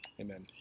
Amen